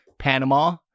panama